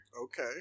Okay